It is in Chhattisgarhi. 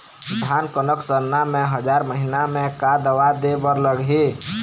धान कनक सरना मे हजार महीना मे का दवा दे बर लगही?